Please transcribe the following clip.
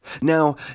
Now